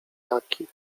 jaki